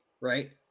right